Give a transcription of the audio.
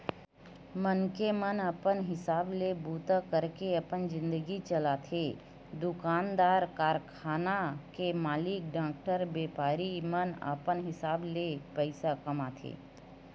मनखे मन अपन हिसाब ले बूता करके अपन जिनगी चलाथे दुकानदार, कारखाना के मालिक, डॉक्टर, बेपारी मन अपन हिसाब ले पइसा कमाथे